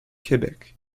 quebec